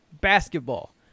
basketball